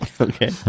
Okay